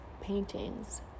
paintings